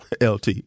LT